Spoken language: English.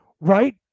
Right